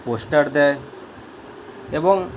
poster দেয় এবং